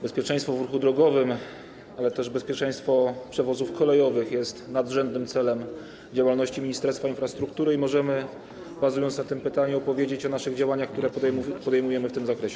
Bezpieczeństwo w ruchu drogowym, ale też bezpieczeństwo przewozów kolejowych to nadrzędne cele działalności Ministerstwa Infrastruktury i możemy, bazując na tym pytaniu, powiedzieć o naszych działaniach, które podejmujemy w tym zakresie.